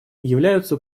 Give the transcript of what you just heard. являются